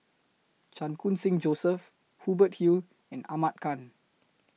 Chan Khun Sing Joseph Hubert Hill and Ahmad Khan